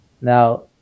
Now